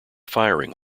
firing